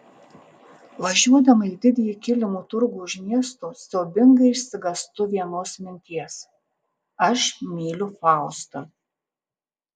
važiuodama į didįjį kilimų turgų už miesto siaubingai išsigąstu vienos minties aš myliu faustą